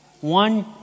one